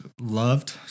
loved